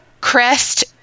Crest